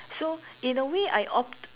so in a way I opt